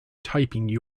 typing